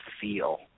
feel